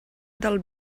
del